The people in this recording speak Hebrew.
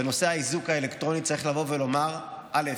בנושא האיזוק האלקטרוני צריך לבוא ולומר, א.